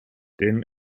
denn